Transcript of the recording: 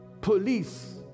police